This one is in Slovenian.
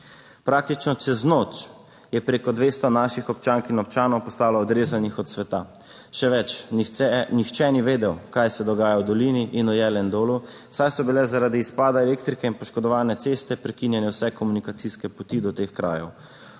Praktično čez noč je preko 200 naših občank in občanov postalo odrezanih od sveta. Še več nihče ni vedel, kaj se dogaja v Dolini in v Jelendolu, saj so bile zaradi izpada elektrike in poškodovane ceste prekinjene vse komunikacijske poti do teh krajev.